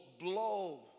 blow